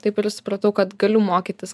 taip ir supratau kad galiu mokytis